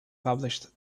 published